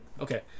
Okay